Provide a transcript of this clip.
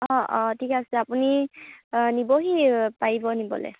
অঁ অঁ ঠিক আছে আপুনি নিবহি পাৰিব নিবলৈ